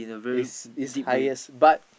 it's it's highest but